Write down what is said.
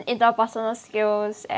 interpersonal skills